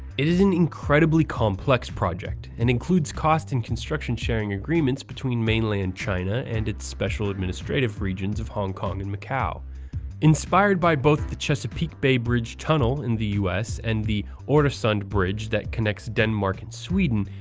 it is an incredibly complex project, and includes cost and construction sharing agreements between mainland china and its special administrative regions of hong kong and macau inspired by both the chesapeake bay bridge-tunnel in the us and the oresund bridge that connects denmark and sweden,